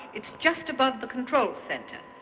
it's just above the control center.